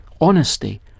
honesty